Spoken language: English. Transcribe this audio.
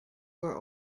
were